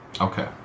Okay